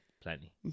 plenty